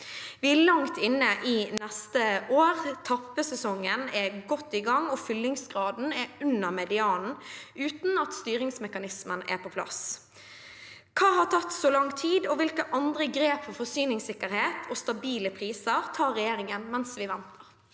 Vi er langt inne i neste år, tappesesongen er godt i gang og fyllingsgraden er under medianen, uten styringsmekanismen på plass. Hva har tatt så lang tid, og hvilke andre grep for forsyningssikkerhet og stabile priser tar regjeringen mens vi venter?»